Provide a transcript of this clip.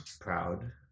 proud